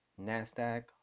Nasdaq